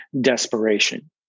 desperation